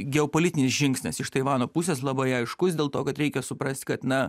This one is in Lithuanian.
geopolitinis žingsnis iš taivano pusės labai aiškus dėl to kad reikia suprasti kad na